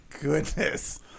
goodness